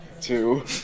Two